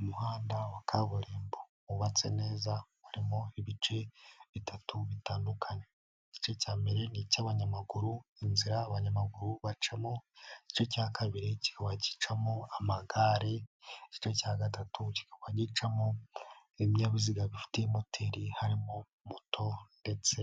Umuhanda wa kaburimbo wubatse neza, urimo ibice bitatu bitandukanye, igice cya mbere ni icy'abanyamaguru, inzira abanyamaguru bacamo, igice cya kabiri kikaba gicamo amagare, igice cya gatatu kikaba gicamo ibinyabiziga bifite moteri harimo moto ndetse